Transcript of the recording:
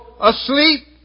asleep